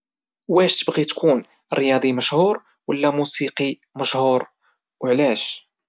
واش تبغي تكون رياضي مشهور ولى موسيقي مشهور او علاش؟